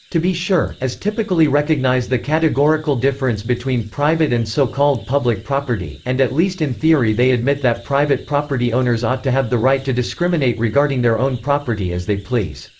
to be sure, as typically recognize the categorical difference between private and socalled public property, and at least in theory they admit that private property owners ought to have the right to discriminate regarding their own property as they please.